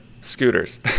scooters